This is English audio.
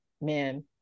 man